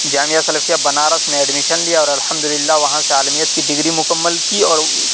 جامعہ سلفیہ بنارس میں ایڈمیشن لیا اور الحمد للہ وہاں سے عالمیت کی ڈگری مکمل کی اور